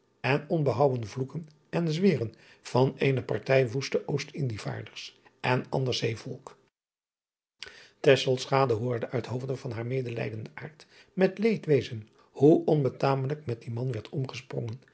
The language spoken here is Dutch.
en onbehouwen vloeken en zweren van eene partij woeste oostindischvaarders en ander zeevolk hoorde uit hoofde van haar medelijdenden aard met leedwezen hoe onbetamelijk met dien man werd omgesprongen